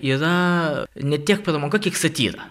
yra ne tiek pramoga kiek satyra